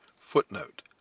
Footnote